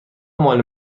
مال